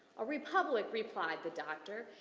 a republic replied the doctor,